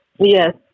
Yes